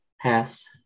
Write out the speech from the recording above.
pass